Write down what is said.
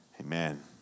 amen